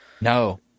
no